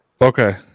Okay